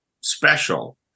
special